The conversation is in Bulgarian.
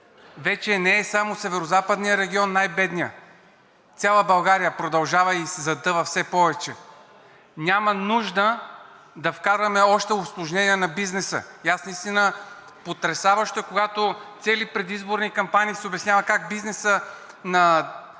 Вече не е само Северозападният район най-бедният – цяла България продължава и затъва все повече. Няма нужда да вкараме още усложнения на бизнеса. И аз наистина, потресаващо е, когато цели предизборни кампании се обяснява как бизнесът